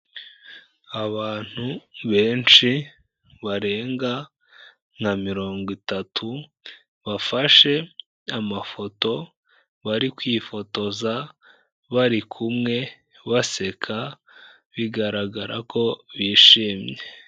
Abantu benshi barenga nka mirongo itatu, bafashe amafoto bari kwifotoza bari kumwe baseka, bigaragara ko bishimye.